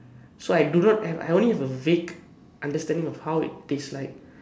so I do not have I only have a vague understanding of how it tastes like